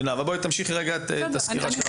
לארה, תמשיכי בבקשה את הסקירה שלך.